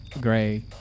Gray